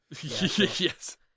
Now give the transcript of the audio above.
Yes